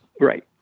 Right